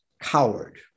coward